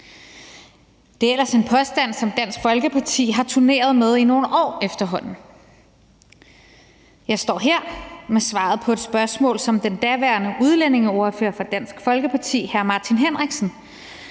Det er ellers en påstand, som Dansk Folkeparti efterhånden har turneret med i nogle år. Jeg står her med svaret på et spørgsmål, som daværende udlændingeordfører for Dansk Folkeparti hr. Martin Henriksen